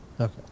Okay